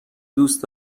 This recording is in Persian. دوست